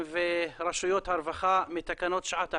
ורשויות הרווחה מתקנות שעת החירום,